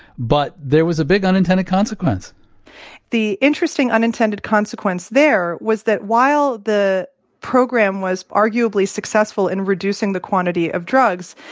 but there was a big unintended consequence the interesting unintended consequence there was that while the program was arguably successful in reducing the quantity of drugs,